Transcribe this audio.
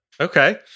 Okay